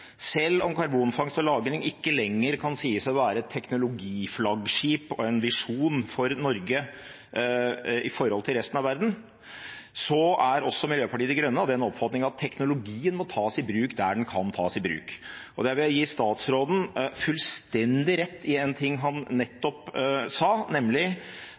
selv om karbonfangst og -lagring ikke lenger kan sies å være et teknologiflaggskip og en visjon for Norge i forhold til resten av verden, er også Miljøpartiet De Grønne av den oppfatning at teknologien må tas i bruk der den kan tas i bruk. Der vil jeg gi statsråden fullstendig rett i en ting han nettopp sa, nemlig: